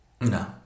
No